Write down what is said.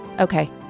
Okay